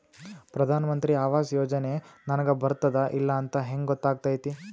ಪ್ರಧಾನ ಮಂತ್ರಿ ಆವಾಸ್ ಯೋಜನೆ ನನಗ ಬರುತ್ತದ ಇಲ್ಲ ಅಂತ ಹೆಂಗ್ ಗೊತ್ತಾಗತೈತಿ?